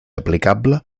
aplicable